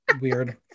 Weird